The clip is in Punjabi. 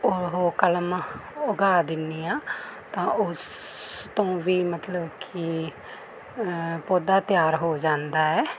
ਉਹ ਕਲਮ ਉਗਾ ਦਿੰਦੀ ਹਾਂ ਤਾਂ ਉਸ ਤੋਂ ਵੀ ਮਤਲਬ ਕਿ ਪੌਦਾ ਤਿਆਰ ਹੋ ਜਾਂਦਾ ਹੈ